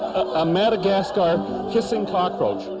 a madagascar kissing cockroach,